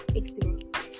experience